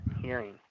hearing